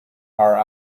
are